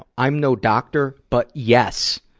i'm no doctor, but yes.